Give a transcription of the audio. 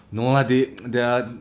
no lah they their